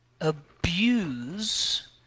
abuse